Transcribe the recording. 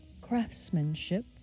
craftsmanship